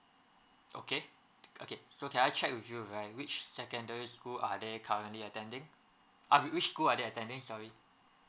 okay okay so can I check with you right which secondary school are they currently attending ah which school are they attending sorry